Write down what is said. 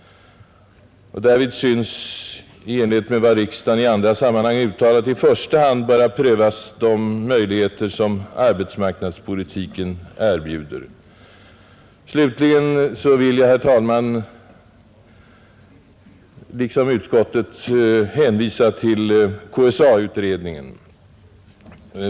Därvid synes i enlighet med vad riksdagen i andra sammanhang uttalat i första hand böra prövas de möjligheter som arbetsmarknadspolitiken erbjuder. Slutligen vill jag, herr talman, liksom utskottet hänvisa till KSA utredningen.